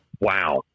wow